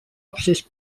absis